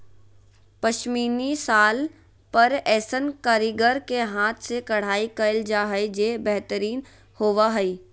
पश्मीना शाल पर ऐसन कारीगर के हाथ से कढ़ाई कयल जा हइ जे बेहतरीन होबा हइ